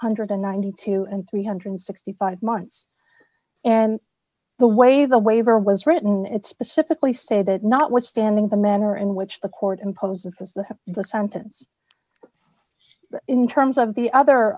hundred and ninety two thousand three hundred and sixty five months and the way the waiver was written it specifically stated that notwithstanding the manner in which the court imposes the the sentence in terms of the other